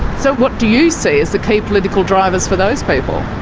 so what do you see as the key political drivers for those people?